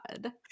God